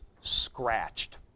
scratched